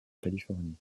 californie